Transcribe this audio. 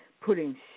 putting